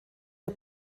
der